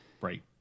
right